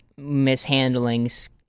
mishandlings